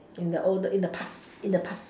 in the old in the past in the past